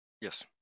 Yes